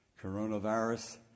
coronavirus